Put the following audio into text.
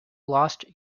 lost